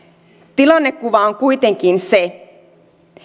tilannekuva on kuitenkin se